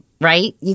right